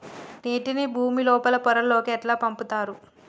నీటిని భుమి లోపలి పొరలలోకి ఎట్లా పంపుతరు?